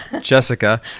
Jessica